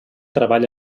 treball